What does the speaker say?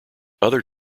other